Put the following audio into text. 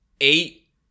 Eight